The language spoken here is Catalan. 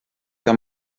que